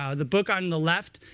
um the book on the left,